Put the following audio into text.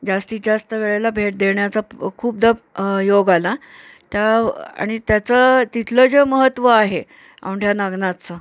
जास्तीत जास्त वेळेला भेट देण्याचा खूपदा योग आला त्या आणि त्याचं तिथलं जे महत्त्व आहे औंढ्या नागनाथचं